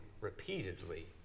repeatedly